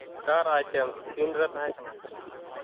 ᱠᱟᱨ items ᱛᱤᱱᱨᱮ ᱛᱟᱦᱮᱸᱠᱟᱱᱟ